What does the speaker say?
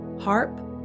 harp